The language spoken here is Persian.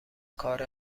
کار